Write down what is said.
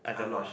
I'm not sure